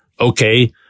Okay